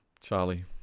Charlie